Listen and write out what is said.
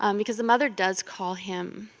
um because the mother does call him